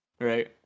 right